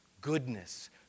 goodness